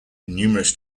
numerous